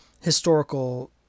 historical